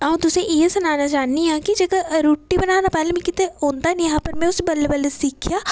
ते अं'ऊ तुसेंगी इ'यै सनाना चाह्न्नी आं कि जेह्का रुट्टी बनाना ते पैह्लें मिगी औंदा निं हा पर में उसी बल्लें बल्लें सिक्खेआ